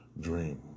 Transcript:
dream